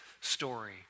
story